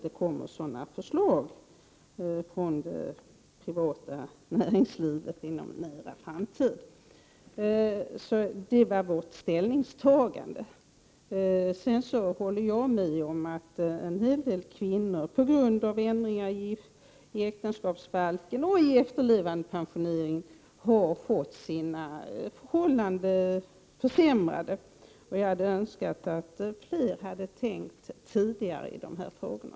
Det är bakgrunden till vårt ställningstagande. Sedan håller jag med om att en hel del kvinnor på grund av ändringar i äktenskapsbalken och i efterlevandepensioneringen har fått sina förhållanden försämrade, och jag önskar att fler hade tänkt tidigare i de här frågorna.